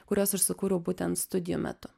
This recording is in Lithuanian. kuriuos aš sukūriau būtent studijų metu